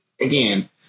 again